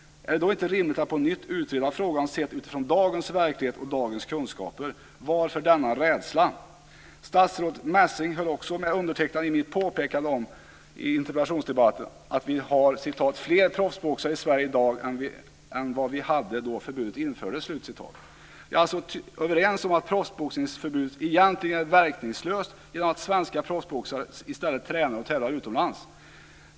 Är det då inte rimligt att man på nytt utreder frågan sett utifrån dagens verklighet och dagens kunskaper? Varför finns denna rädsla? Statsrådet Messing höll också med undertecknad när det gällde mitt påpekande i interpellationsdebatten om att vi har fler proffsboxare i Sverige i dag än vad vi hade då förbudet infördes. Vi är alltså överens om att proffsboxningsförbudet egentligen är verkningslöst i och med att svenska proffsboxare i stället tränar och tävlar utomlands.